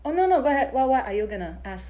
oh no no go ahead what what are you gonna ask